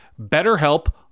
BetterHelp